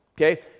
Okay